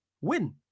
Win